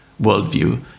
worldview